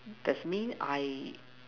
that's mean I